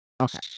Okay